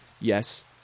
Yes